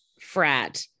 frat